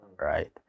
right